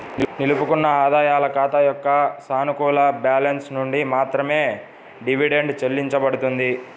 నిలుపుకున్న ఆదాయాల ఖాతా యొక్క సానుకూల బ్యాలెన్స్ నుండి మాత్రమే డివిడెండ్ చెల్లించబడుతుంది